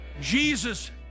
Jesus